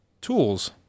tools